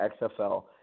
XFL